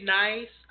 nice